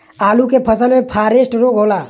आलू के फसल मे फारेस्ट रोग होला?